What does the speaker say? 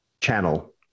channel